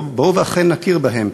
בואו ואכן נכיר בהם.